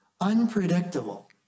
Unpredictable